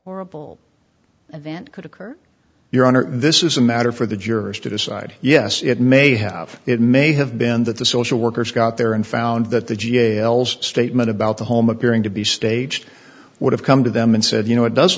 s event could occur your honor this is a matter for the jurors to decide yes it may have it may have been that the social workers got there and found that the jails statement about the home appearing to be staged would have come to them and said you know it does